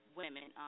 women